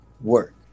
work